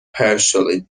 partially